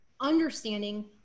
understanding